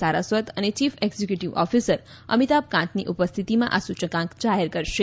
સારસ્વત અને chief executive officer Amitabh કાંતની ઉપસ્થિતિમાં આ સૂચકાંક જાહેર કરાશે